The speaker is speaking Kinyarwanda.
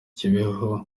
kibeho